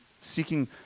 seeking